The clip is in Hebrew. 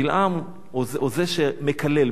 בלעם הוא זה שמקלל.